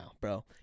bro